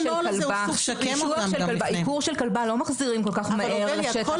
כי עיקור של כלבה לא מחזירים כל כך מהר לשטח.